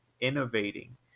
innovating